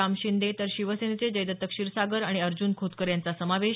राम शिंदे तर शिवसनेचे जयदत्त क्षीरसागर आणि अर्जुन खोतकर यांचा समावेश